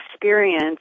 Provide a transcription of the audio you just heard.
experience